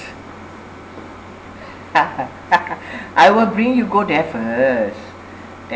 I will bring you go there first